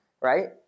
right